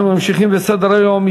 אנחנו ממשיכים בסדר-היום.